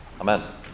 Amen